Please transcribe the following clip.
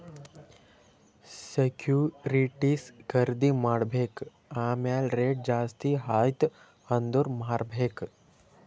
securities ಖರ್ದಿ ಮಾಡ್ಬೇಕ್ ಆಮ್ಯಾಲ್ ರೇಟ್ ಜಾಸ್ತಿ ಆಯ್ತ ಅಂದುರ್ ಮಾರ್ಬೆಕ್